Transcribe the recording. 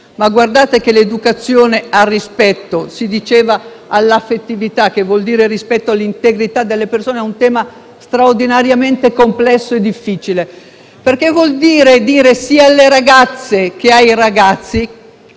Ma guardate che l'educazione al rispetto - si diceva all'affettività, che vuol dire rispetto dell'integrità delle persone - è un tema straordinariamente complesso e difficile: significa dire sia alle ragazze che ai ragazzi